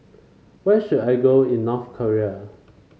where should I go in North Korea